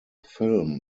film